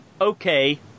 okay